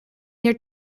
their